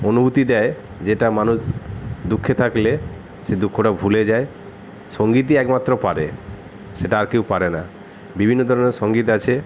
অনুভুতি দেয় যেটা মানুষ দুঃখে থাকলে সেই দুঃখটা ভুলে যায় সঙ্গীতই একমাত্র পারে সেটা আর কেউ পারে না বিভিন্ন ধরণের সঙ্গীত আছে